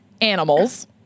Animals